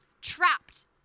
trapped